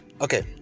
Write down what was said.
okay